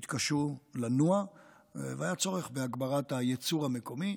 התקשו לנוע, והיה צורך בהגברת הייצור המקומי.